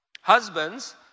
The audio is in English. husbands